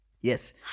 yes